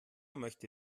möchte